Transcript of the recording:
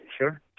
Sure